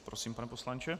Prosím, pane poslanče.